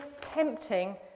tempting